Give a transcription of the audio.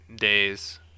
days